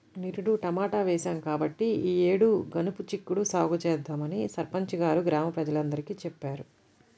నిరుడు టమాటా వేశాం కాబట్టి ఈ యేడు గనుపు చిక్కుడు సాగు చేద్దామని సర్పంచి గారు గ్రామ ప్రజలందరికీ చెప్పారు